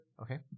Okay